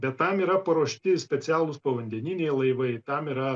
bet tam yra paruošti specialūs povandeniniai laivai tam yra